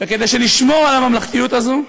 וכדי שנשמור על הממלכתיות הזאת,